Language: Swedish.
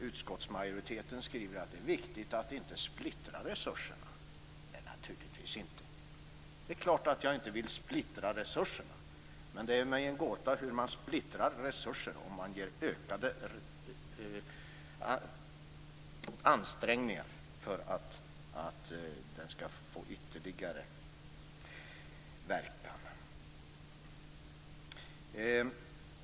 Utskottsmajoriteten skriver att det är viktigt att inte splittra resurserna. Nej, naturligtvis inte. Det är klart att jag inte vill splittra resurserna. Men det är mig en gåta hur man splittrar resurser när man anstränger sig för att resurserna skall få en ytterligare verkan.